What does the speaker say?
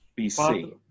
BC